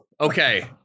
Okay